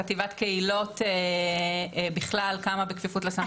חטיבת קהילות בכלל קמה בכפיפות לסמפכ"ל.